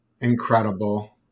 Incredible